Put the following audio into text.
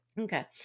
okay